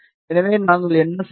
எனவே நாங்கள் என்ன செய்வோம்